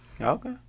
Okay